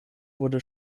wurde